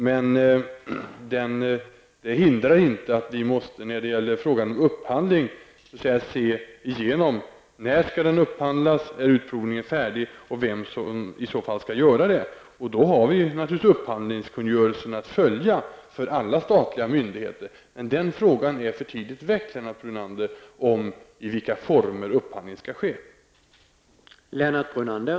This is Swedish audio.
Men det hindrar inte att vi, när det gäller frågan om upphandling, måste se över frågan om när den skall ske, om utprovningen är färdig och vem som i så fall skall göra detta. Då har vi naturligtvis upphandlingskungörelsen för alla statliga myndigheter att följa. Men frågan om i vilka former upphandlingen skall ske är för tidigt väckt, Lennart Brunander.